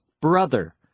brother